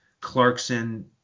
Clarkson